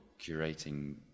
curating